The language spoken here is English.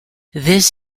this